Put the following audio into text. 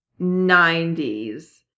90s